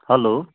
hello